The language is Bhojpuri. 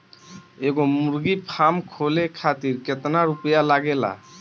एगो मुर्गी फाम खोले खातिर केतना रुपया लागेला?